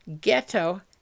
ghetto